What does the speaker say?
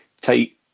take